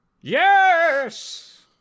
Yes